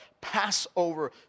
Passover